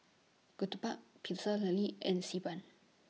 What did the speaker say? Ketupat Pecel Lele and Xi Ban